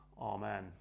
Amen